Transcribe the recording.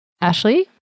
Ashley